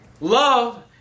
Love